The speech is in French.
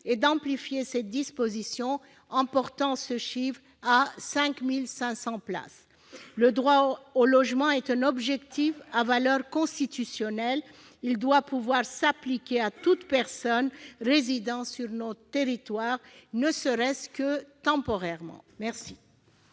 et d'amplifier cette disposition, en portant ce chiffre à 5 500 places. Le droit au logement est un objectif à valeur constitutionnelle. Il doit pouvoir s'appliquer à toute personne résidant sur notre territoire, ne serait-ce que temporairement. Quel